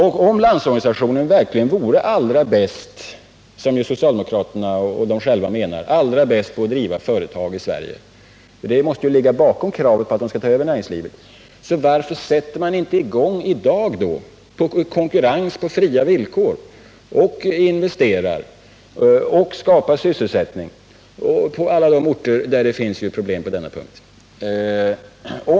Om LO som socialdemokraterna själva menar är allra bäst när det gäller att driva företag i Sverige — det måste ju ligga bakom kravet att LO skall ta över näringslivet — varför sätter man då inte i gång i dag med att investera och skapa sysselsättning på alla de orter där det finns problem på denna punkt? Nu finns ju möjligheten till konkurrens på fria villkor.